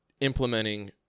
implementing